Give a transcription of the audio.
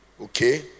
okay